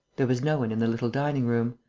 there was no one in the little dining-room.